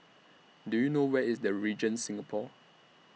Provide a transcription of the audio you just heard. Do YOU know Where IS The Regent Singapore